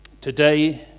Today